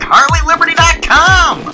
HarleyLiberty.com